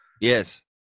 Yes